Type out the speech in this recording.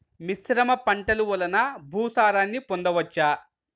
మిశ్రమ పంటలు వలన భూసారాన్ని పొందవచ్చా?